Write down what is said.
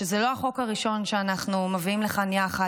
שזה לא החוק הראשון שאנחנו מביאים לכאן יחד.